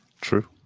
True